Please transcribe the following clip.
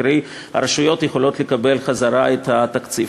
קרי הרשויות יכולות לקבל חזרה את התקציב.